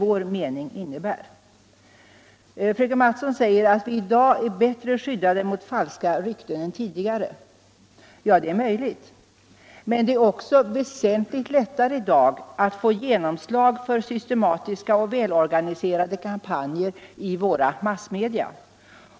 Fröken Mattson säger att vi i dag är bättre skyddade mot falska rykten än tidigare. Ja, det är möjligt, men det är också väsentligt lättare i dag att få genomslag för systematiska och väl organiserade kampanjer i våra massmedia.